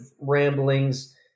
ramblings